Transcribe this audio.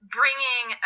bringing